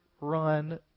run